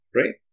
right